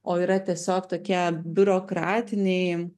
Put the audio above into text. o yra tiesiog tokie biurokratiniai